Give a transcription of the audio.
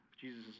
Jesus